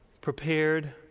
prepared